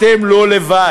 אתם לא לבד.